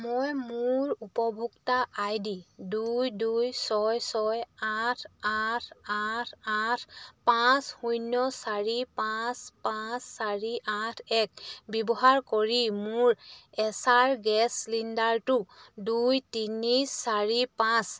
মই মোৰ উপভোক্তা আই ডি দুই দুই ছয় ছয় আঠ আঠ আঠ আঠ পাঁচ শূন্য চাৰি পাঁচ পাঁচ চাৰি আঠ এক ব্যৱহাৰ কৰি মোৰ এছাৰ গেছ চিলিণ্ডাৰটো দুই তিনি চাৰি পাঁচ